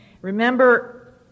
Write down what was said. Remember